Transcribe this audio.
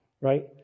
Right